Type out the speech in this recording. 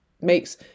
Makes